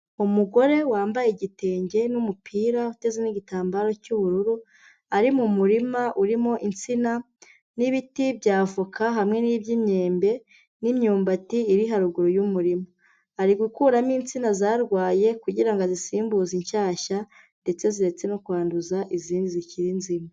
Umugore wambaye igitenge n'umupira, uteze n'igitambaro cy'ubururu, ari mu murima urimo insina n'ibiti bya avoka, hamwe n'iby'imyembe, n'imyumbati iri haruguru y'umuriro, ari gukuramo insina zarwaye, kugira ngo azisimbuze inshyashya ndetse zireke no kwanduza izindi zikiri nzima.